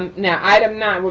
um now, item nine,